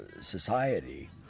Society